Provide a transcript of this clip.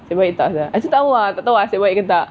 nasib baik tak ada tak [tau] nasib baik ke tak